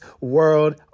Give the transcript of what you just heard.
world